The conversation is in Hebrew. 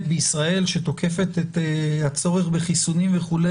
בישראל שתוקפת את הצורך בחיסונים וכו',